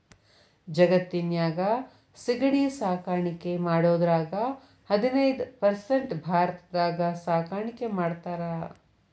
ಜಗತ್ತಿನ್ಯಾಗ ಸಿಗಡಿ ಸಾಕಾಣಿಕೆ ಮಾಡೋದ್ರಾಗ ಹದಿನೈದ್ ಪರ್ಸೆಂಟ್ ಭಾರತದಾಗ ಸಾಕಾಣಿಕೆ ಮಾಡ್ತಾರ